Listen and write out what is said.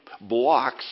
blocks